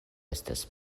estas